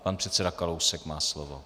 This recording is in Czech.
Pan předseda Kalousek má slovo.